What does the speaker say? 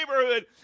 neighborhood